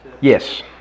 Yes